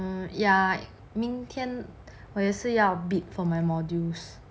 ya 明天我也是要 bid for my modules